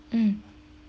mm